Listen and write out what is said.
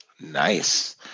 Nice